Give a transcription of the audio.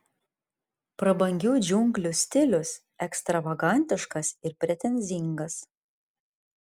prabangių džiunglių stilius ekstravagantiškas ir pretenzingas